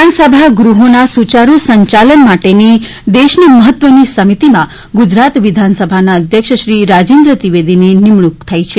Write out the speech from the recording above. વિધાનસભાગૃહોના સુચારૃ સંચાલન માટેની દેશની મહત્વની સમિતિમાં ગુજરાત વિધાનસભાના અધ્યક્ષ શ્રી રાજેન્દ્ર ત્રિવેદીની નિમણૂંક થઈ છે